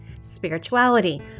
spirituality